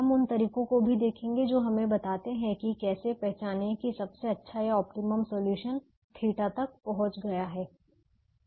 हम उन तरीकों को भी देखेंगे जो हमें बताते हैं कि कैसे पहचानें कि सबसे अच्छा या ऑप्टिमम सॉल्यूशन θ तक पहुंच गया है